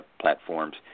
platforms